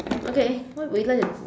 okay what we like to